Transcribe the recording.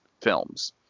films